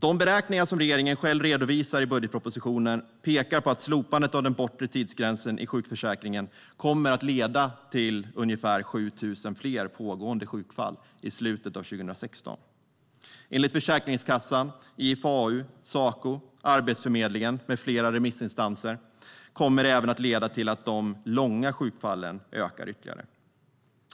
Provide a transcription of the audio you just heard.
De beräkningar som regeringen själv redovisar i budgetpropositionen pekar på att slopandet av den bortre tidsgränsen i sjukförsäkringen kommer att leda till ungefär 7 000 fler pågående sjukfall i slutet av 2016. Enligt Försäkringskassan, IFAU, Saco, Arbetsförmedlingen med flera remissinstanser kommer det även att leda till att de långa sjukfallen ökar ytterligare.